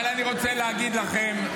אבל אני רוצה להגיד לכם,